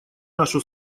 нашу